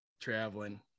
traveling